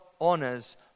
honors